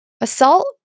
Assault